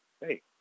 hey